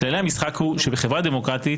כללי המשחק הם שבחברה דמוקרטית